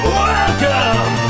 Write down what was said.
welcome